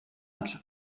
lunch